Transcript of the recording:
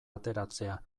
ateratzea